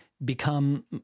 become